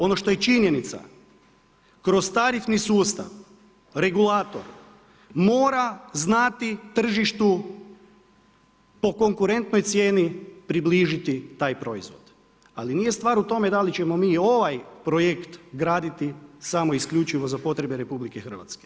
Ono što je činjenica, kroz tarifni sustav, regulator mora znati tržištu po konkurentnoj cijeni približiti taj proizvod ali nije stvar u tome da ćemo mi ovaj projekt graditi samo i isključivo za potrebe RH.